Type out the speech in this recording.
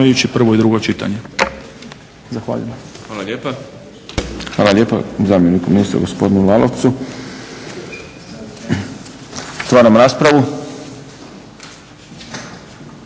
prvo i drugo čitanje,